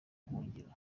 buhungiro